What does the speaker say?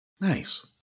Nice